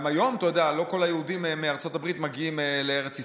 גם היום לא כל היהודים מארצות הברית מגיעים לארץ ישראל.